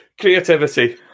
Creativity